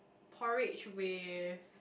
porridge with